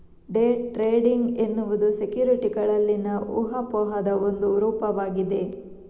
day trading ಎನ್ನುವುದು ಸೆಕ್ಯುರಿಟಿಗಳಲ್ಲಿನ ಊಹಾಪೋಹದ ಒಂದು ರೂಪವಾಗಿದೆ